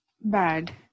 bad